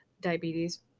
Diabetes